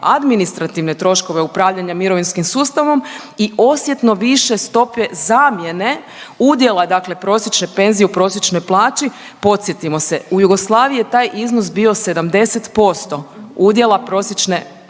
administrativne troškove upravljanja mirovinskim sustavom i osjetno više stope zamjene udjela dakle prosječne penzije u prosječnoj plaći. Podsjetimo se, u Jugoslaviji je taj iznos bio 70% udjela prosječne mirovine